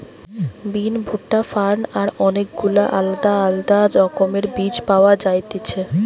বিন, ভুট্টা, ফার্ন আর অনেক গুলা আলদা আলদা রকমের বীজ পাওয়া যায়তিছে